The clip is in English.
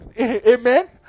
amen